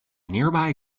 nearby